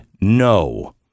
no